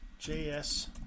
js